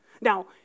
Now